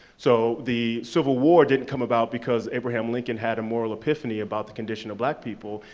so, the civil war didn't come about because abraham lincoln had a moral epiphany about the condition of black people.